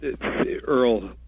Earl